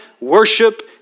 worship